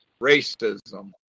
Racism